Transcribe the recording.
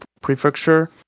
Prefecture